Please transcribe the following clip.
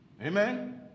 amen